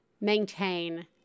maintain